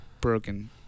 Broken